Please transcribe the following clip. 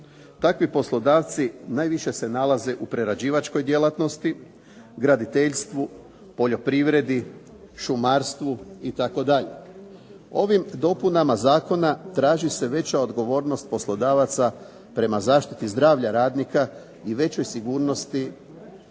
Takvi poslodavci najviše se nalaze u prerađivačkoj djelatnosti, graditeljstvu, poljoprivredi, šumarstvu i tako dalje. Ovim dopunama zakona traži se veća odgovornost poslodavaca prema zaštiti zdravlja radnika i većoj sigurnosti